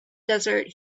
desert